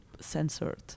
censored